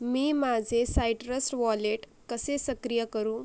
मी माझे citrus wallet कसे सक्रिय करू